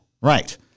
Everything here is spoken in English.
Right